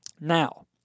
Now